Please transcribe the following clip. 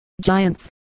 giants